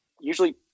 Usually